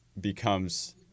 becomes